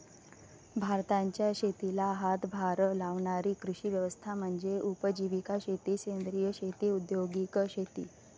भारताच्या शेतीला हातभार लावणारी कृषी व्यवस्था म्हणजे उपजीविका शेती सेंद्रिय शेती औद्योगिक शेती